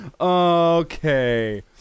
Okay